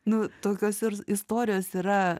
nu tokios ir istorijos yra